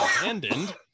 abandoned